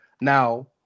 Now